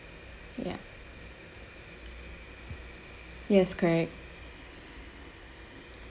ya yes correct